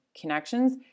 connections